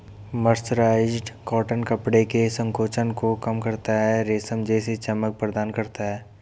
mercerised cotton कपड़े के संकोचन को कम करता है, रेशम जैसी चमक प्रदान करता है